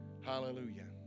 Hallelujah